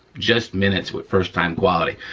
just minutes with first time quality.